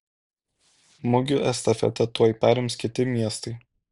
mugių estafetę tuoj perims kiti miestai